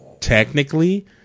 technically